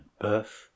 birth